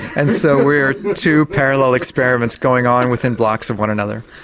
and so we're two parallel experiments going on within blocks of one another.